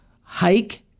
hike